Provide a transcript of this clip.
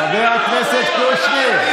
חבר הכנסת קושניר.